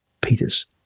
Peters